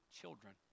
children